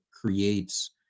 creates